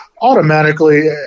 automatically